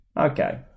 okay